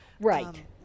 Right